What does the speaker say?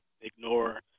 ignore